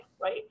right